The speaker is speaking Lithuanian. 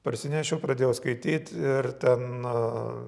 parsinešiau pradėjau skaityt ir na